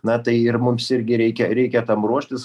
na tai ir mums irgi reikia reikia tam ruoštis